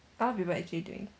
a lot of people actually doing